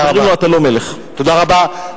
תודה רבה.